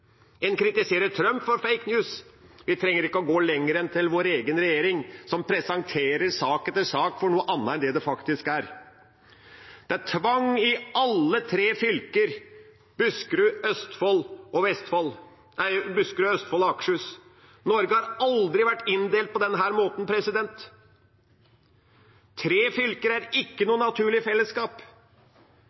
En kritiserer Trump for «fake news», men vi trenger ikke å gå lenger enn til vår egen regjering, som presenterer sak etter sak for noe annet enn det den faktisk er. Det er tvang i alle de tre fylkene Buskerud, Østfold og Akershus. Norge har aldri vært inndelt på den måten. Tre fylker er ikke noe naturlig fellesskap.